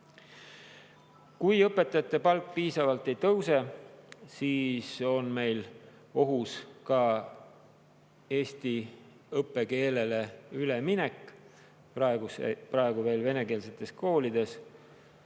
Kui õpetajate palk piisavalt ei tõuse, siis on meil ohus ka eesti õppekeelele üleminek praegu veel venekeelsetes koolides.